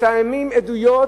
מתאמים עדויות,